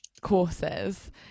courses